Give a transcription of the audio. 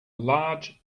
large